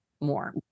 more